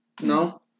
No